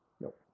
Nope